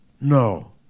no